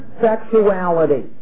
sexuality